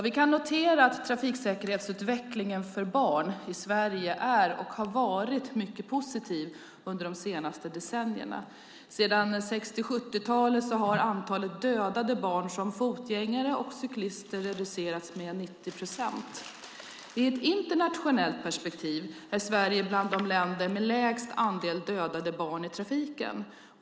Vi kan notera att trafiksäkerhetsutvecklingen för barn i Sverige är och har varit mycket positiv under de senaste decennierna. Sedan 60 och 70-talen har antalet dödade barn som fotgängare och cyklister reducerats med 90 procent. I ett internationellt perspektiv är Sverige bland de länder som har lägst andel dödade barn i trafiken.